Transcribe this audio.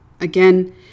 Again